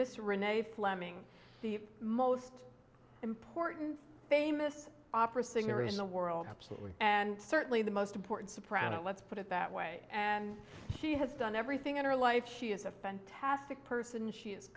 miss renee fleming the most important famous opera singer is the world and certainly the most important soprano let's put it that way and she has done everything in her life she is a fantastic person